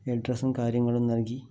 അഡ്രസ്സും കാര്യങ്ങളും നല്കി